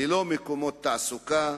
ללא מקומות תעסוקה,